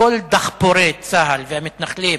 כל דחפורי צה"ל והמתנחלים,